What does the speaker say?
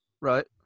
right